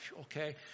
okay